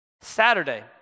Saturday